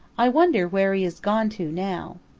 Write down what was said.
i wonder where he has gone to now.